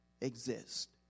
exist